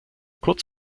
kurz